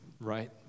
Right